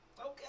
Okay